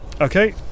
Okay